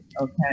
okay